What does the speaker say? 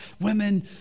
Women